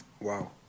Wow